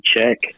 check